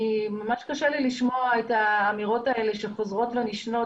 ממש קשה לי לשמוע את האמירות החוזרות והנשנות